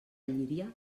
llíria